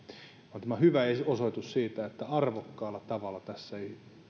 vaan tämä on hyvä osoitus siitä että arvokkaalla tavalla tässä